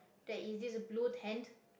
there is this blue tent